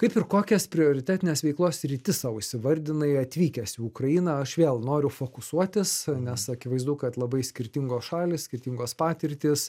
kaip ir kokias prioritetines veiklos sritis sau įsivardinai atvykęs į ukrainą aš vėl noriu fokusuotis nes akivaizdu kad labai skirtingos šalys skirtingos patirtys